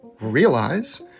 realize